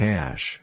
Cash